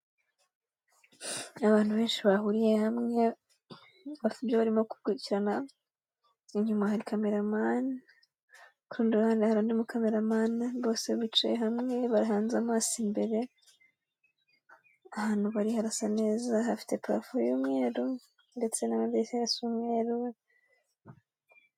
Abantu benshi bahuriye hamwe bafite ibyo barimo gukurikirana. Inyuma hari cameraman. Ku rundi ruhande hari undi mukameramani. Bose bicaye hamwe bahanze amaso imbere. Ahantu bari harasa neza hafite parafo y'umweru ndetse n'amadirishya asa umweru.